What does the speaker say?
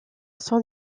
sont